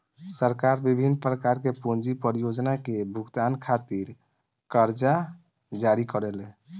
सरकार बिभिन्न प्रकार के पूंजी परियोजना के भुगतान खातिर करजा जारी करेले